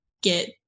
get